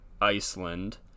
iceland